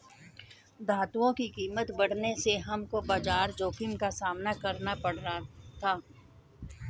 धातुओं की कीमत बढ़ने से हमको बाजार जोखिम का सामना करना पड़ा था